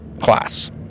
class